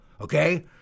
okay